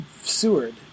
Seward